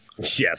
Yes